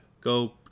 Go